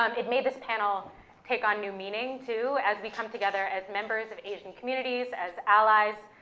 um it made this panel take on new meaning too as we come together as members of asian communities, as allies,